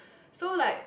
so like